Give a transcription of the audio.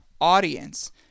audience